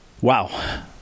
Wow